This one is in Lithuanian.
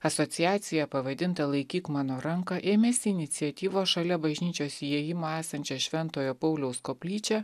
asociacija pavadinta laikyk mano ranką ėmėsi iniciatyvos šalia bažnyčios įėjimo esančią šventojo pauliaus koplyčią